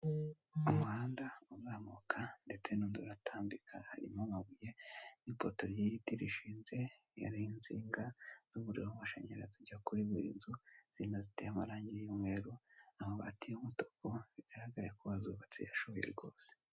Umuhanda uzamuka ndetse n'undi uratambika harimo amabuye, ipoto ry'igiti rishinze ririho insinga z'umuriro w'amashanyarazi ajya kuri buri nzu, hino ziteye amarangi y'umweru, amabati y'umutuku bigaragare ko uwazubatse yashoye rwose.